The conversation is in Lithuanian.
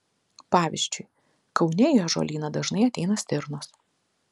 pavyzdžiui kaune į ąžuolyną dažnai ateina stirnos